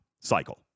cycle